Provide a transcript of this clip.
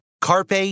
Carpe